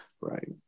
right